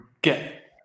get